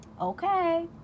Okay